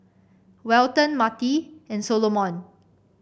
Welton Matie and Solomon